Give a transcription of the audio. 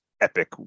epic